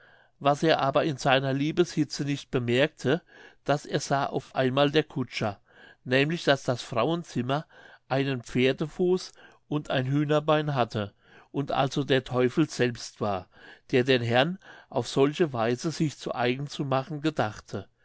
was er aber in seiner liebeshitze nicht bemerkte das ersah auf einmal der kutscher nämlich daß das frauenzimmer einen pferdefuß und ein hühnerbein hatte und also der teufel selbst war der den herrn auf solche weise sich zu eigen zu machen gedachte